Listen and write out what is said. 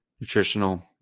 nutritional